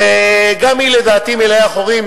וגם היא לדעתי מלאה חורים.